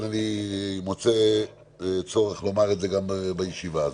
אני מוצא צורך לומר את זה גם בישיבה הזאת.